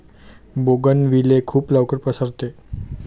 bougainvillea खूप लवकर पसरते